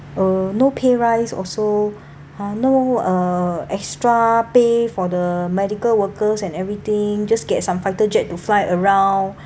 uh no pay rise also uh no err extra pay for the medical workers and everything just get some fighter jet to fly around